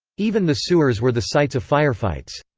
even the sewers were the sites of firefights.